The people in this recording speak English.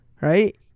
right